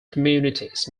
communities